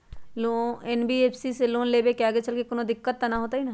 NBFC से loan लेबे से आगेचलके कौनो दिक्कत त न होतई न?